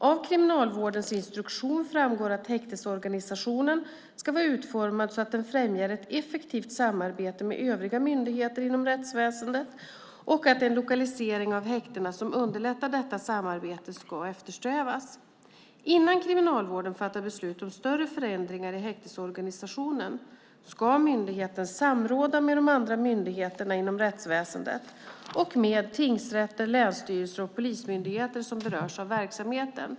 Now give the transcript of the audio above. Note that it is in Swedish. Av Kriminalvårdens instruktion framgår att häktesorganisationen ska vara utformad så att den främjar ett effektivt samarbete med övriga myndigheter inom rättsväsendet och att en lokalisering av häktena som underlättar detta samarbete ska eftersträvas. Innan Kriminalvården fattar beslut om större förändringar i häktesorganisationen ska myndigheten samråda med de andra myndigheterna inom rättsväsendet och med de tingsrätter, länsstyrelser och polismyndigheter som berörs av verksamheten.